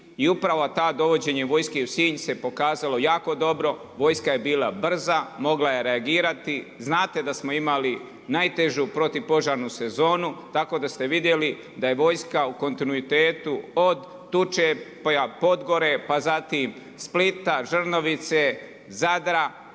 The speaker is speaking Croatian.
I upravo to dovođenje vojske u Sinj se pokazalo jako dobro, vojska je bila brza, mogla je reagirati. Znate da smo imali najtežu protupožarnu sezonu tako da ste vidjeli da je vojska u kontinuitetu od Tučepa, Podgore, pa zatim Splita, Žrnovice, Zadra,